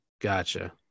Gotcha